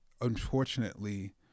unfortunately